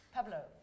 Pablo